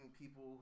people